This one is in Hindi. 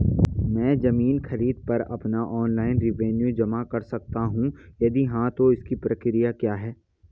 मैं ज़मीन खरीद पर अपना ऑनलाइन रेवन्यू जमा कर सकता हूँ यदि हाँ तो इसकी प्रक्रिया क्या है?